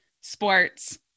sports